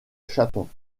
chatons